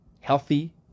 healthy